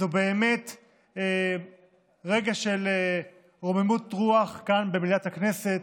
זה באמת רגע של רוממות רוח כאן במליאת הכנסת,